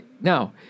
Now